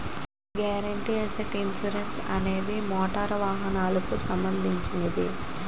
guaranteed asset protection insurance అనేది motor వాహనాలకు సంబంధించినది